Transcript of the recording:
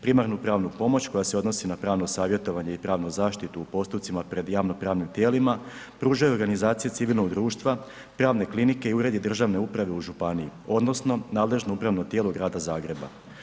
Primarnu pravnu pomoć koja se odnosi na pravno savjetovanje i pravnu zaštitu u postupcima pred javnopravnim tijelima, pružaju organizacije civilnog društva, pravne klinike i uredi državne uprave u županiji, odnosno nadležno upravo tijelo Grada Zagreba.